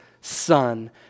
son